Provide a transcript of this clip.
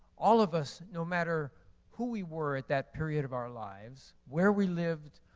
all of us, no matter who we were at that period of our lives, where we lived,